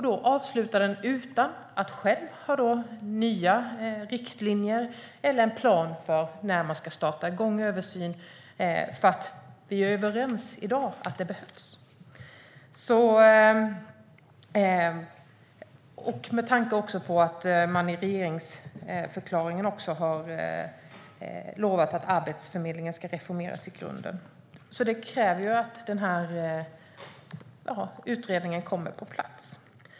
Den avslutades utan att man gav nya riktlinjer eller en plan för när en översyn skulle starta igen, som vi i dag är överens om behövs. I regeringsförklaringen lovade man också att Arbetsförmedlingen skulle reformeras i grunden, så det kräver att utredningen kommer på plats.